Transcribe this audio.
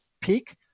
peak